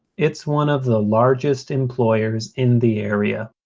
it's one of the largest employers in the area.